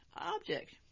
object